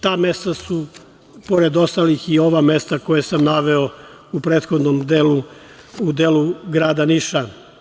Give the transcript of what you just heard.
Ta mesta su, pored ostalih i ova mesta koja sam naveo u prethodnom delu, u delu grada Niša.